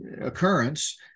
occurrence